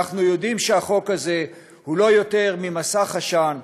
אנחנו יודעים שהחוק הזה הוא לא יותר ממסך עשן,